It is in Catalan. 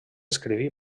escriví